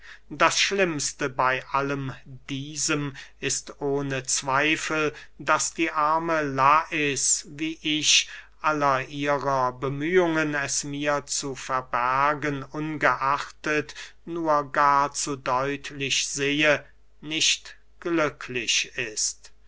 das schlimmste bey allem diesem ist ohne zweifel daß die arme lais wie ich aller ihrer bemühungen es mir zu verbergen ungeachtet nur gar zu deutlich sehe nicht glücklich ist